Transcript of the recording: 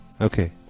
Okay